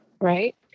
right